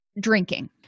drinking